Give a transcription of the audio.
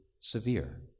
severe